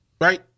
Right